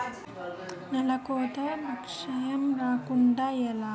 నేలకోత భూక్షయం రాకుండ ఎలా?